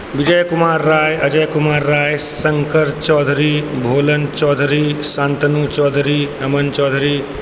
Vijay Kumar Rai Ajay Kumar Rai Shankar Chaudhary Bholan Chaudhary Shantanu Chaudhary Aman Chaudhary